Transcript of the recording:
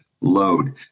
load